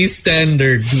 standard